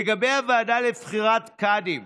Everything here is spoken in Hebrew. לגבי הוועדה לבחירת קאדים,